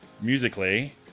musically